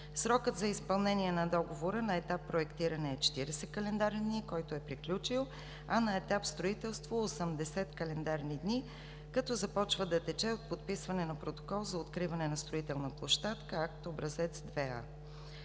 Срокът за изпълнение на договора на етап проектиране е 40 календарни дни, който е приключил, а на етап строителство – 80 календарни дни, като започва да тече от подписване на протокол за откриване на строителна площадка, акт Образец 2а.